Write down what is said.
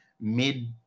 mid